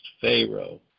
Pharaoh